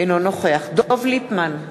אינו נוכח דב ליפמן,